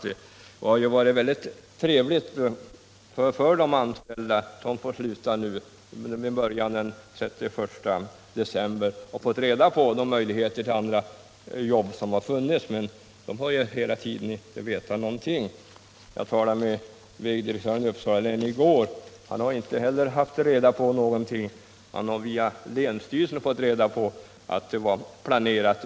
Det hade varit betydelsefullt för de anställda som fick sluta den 31 december att ha fått reda på de möjligheter som finns till andra jobb. Men de har hela tiden inte vetat någonting. Jag talade i går med vägdirektören i Uppsala län. Inte heller han har haft reda på någonting. Han har via länsstyrelsen fått veta att vissa vägobjekt var planerade.